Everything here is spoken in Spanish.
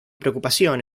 preocupación